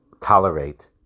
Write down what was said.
tolerate